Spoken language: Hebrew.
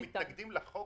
אבל אתם מתנגדים לחוק,